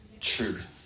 truth